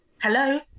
hello